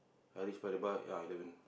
Harish by the bar ah eleven